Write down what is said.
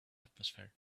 atmosphere